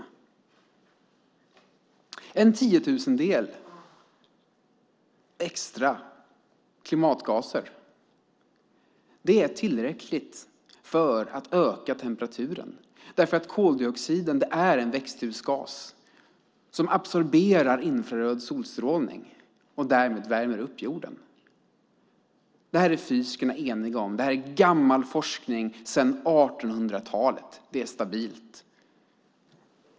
Ytterligare en tiotusendel klimatgaser är tillräckligt för att öka temperaturen eftersom koldioxiden är en växthusgas som absorberar infraröd solstrålning och därmed värmer upp jorden. Detta är fysikerna eniga om. Det är gammal forskning, sedan 1800-talet. Det är stabilt.